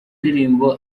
ndirimbo